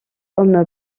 homme